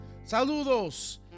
Saludos